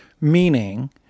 meaning